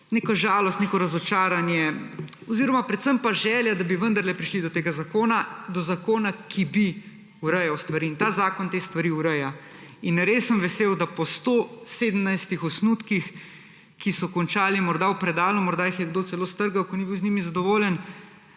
neka žalost, neko razočaranje oziroma predvsem želja, da bi vendarle prišli do tega zakona; do zakona, ki bi urejal stvari. In ta zakon te stvari ureja. In res sem vesel, da po 117 osnutkih, ki so končali morda v predalu, morda jih je kdo celo strgal, ker ni bil z njimi zadovoljen,